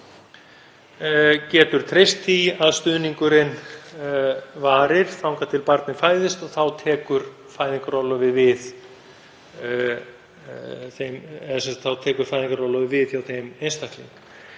getur treyst því að stuðningurinn varir þangað til barnið fæðist og þá tekur fæðingarorlofið við hjá þeim einstaklingi.